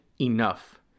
Enough